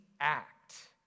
act